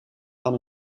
van